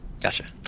Gotcha